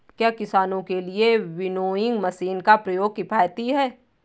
क्या किसानों के लिए विनोइंग मशीन का प्रयोग किफायती है?